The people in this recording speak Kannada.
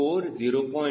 4 0